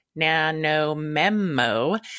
NaNoMemo